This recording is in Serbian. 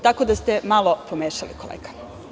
Tako da ste malo pomešali, kolega.